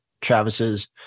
Travis's